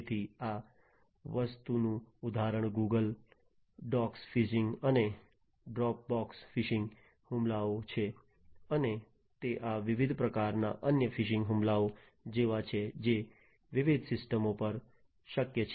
તેથી આ વસ્તુનું ઉદાહરણ google ડૉક્સ ફિશિંગ અને ડ્રૉપબૉક્સ ફિશિંગ હુમલાઓ છે અને તે આ વિવિધ પ્રકારના અન્ય ફિશિંગ હુમલાઓ જેવા છે જે વિવિધ સિસ્ટમો પર શક્ય છે